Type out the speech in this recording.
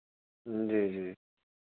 जी जी